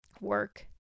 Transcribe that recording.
work